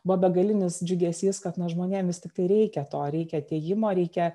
buvo begalinis džiugesys kad na žmonėm vis tiktai reikia to reikia atėjimo reikia